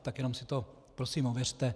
Tak jenom si to prosím ověřte.